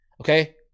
okay